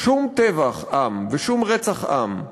שום טבח עם ושום רצח עם,